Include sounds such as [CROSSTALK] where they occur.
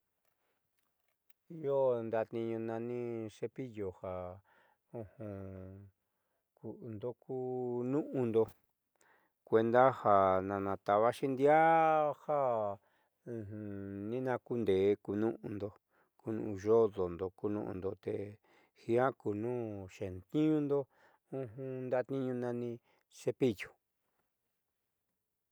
Io ndaatniiñuu nani cepillo ja [NOISE] ku'undo ku nu'undo kuenda ja natavaxi ndi'aa ja ninaakunde'e ku nuundo ku nuuyoo'dondo kunuundu te jia kunu xeetniinundo [NOISE] ndaatni'iñuu nani cepillo.